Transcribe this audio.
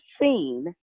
seen